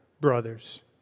brothers